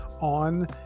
on